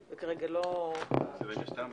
וכרגע לא --- השאלה אם יש בזה טעם,